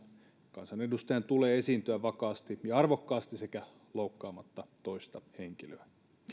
kansanedustajan tulee esiintyä vakaasti ja arvokkaasti sekä loukkaamatta toista henkilöä